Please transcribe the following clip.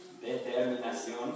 determinación